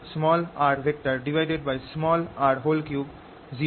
সুতরাং এটা বাতিল হয়ে যায়